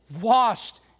washed